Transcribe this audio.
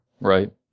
Right